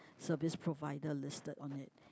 service provided listed on it